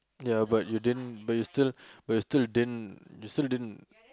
ya but you didn't but you still but you still didn't you still didn't